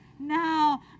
now